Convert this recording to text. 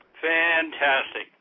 Fantastic